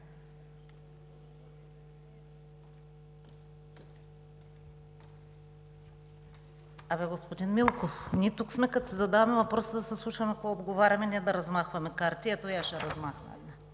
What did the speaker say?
А бе, господин Милков, ние тук сме, като си задаваме въпроси, да се слушаме какво отговаряме, а не да размахваме карти. Ето, и аз ще размахам